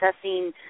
assessing